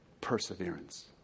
Perseverance